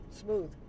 smooth